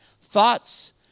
thoughts